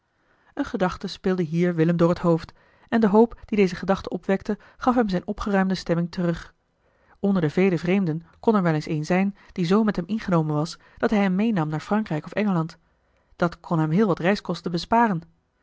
eene gedachte speelde hier willem door het hoofd en de hoop die deze gedachte opwekte gaf hem zijne opgeruimde stemming terug onder de vele vreemden kon er wel eens één zijn die zoo met hem ingenomen was dat hij hem meenam naar frankrijk of engeland dat kon hem heel wat reiskosten besparen